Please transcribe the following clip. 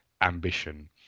ambition